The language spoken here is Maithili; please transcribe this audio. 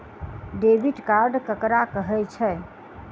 डेबिट कार्ड ककरा कहै छै?